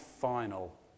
final